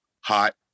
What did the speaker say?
hot